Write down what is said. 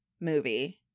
movie